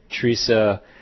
Teresa